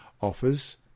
offers